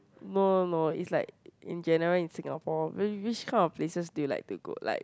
no no no it's like in general in Singapore whi~ which kind of places do you like to go like